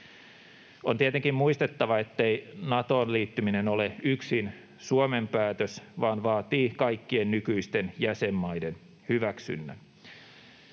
On tietenkin muistettava, ettei Natoon liittyminen ole yksin Suomen päätös vaan vaatii kaikkien nykyisten jäsenmaiden hyväksynnän.